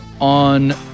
on